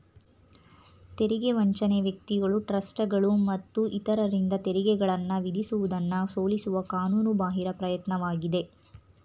ತೆರಿಗೆ ವಂಚನೆ ವ್ಯಕ್ತಿಗಳು ಟ್ರಸ್ಟ್ಗಳು ಮತ್ತು ಇತರರಿಂದ ತೆರಿಗೆಗಳನ್ನ ವಿಧಿಸುವುದನ್ನ ಸೋಲಿಸುವ ಕಾನೂನು ಬಾಹಿರ ಪ್ರಯತ್ನವಾಗಿದೆ